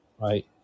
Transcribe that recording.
right